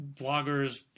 bloggers